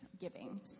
giving